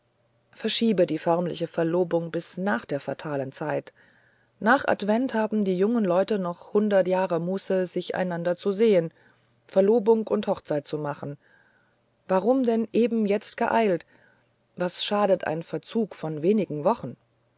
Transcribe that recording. verschiebe die förmliche verlobung bis nach der fatalen zeit nach advent haben die jungen leute noch hundert jahre muße sich einander zu sehen verlobung und hochzeit zu machen warum denn eben jetzt geeilt was schadet ein verzug von wenigen wochen